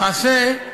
למעשה,